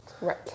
Right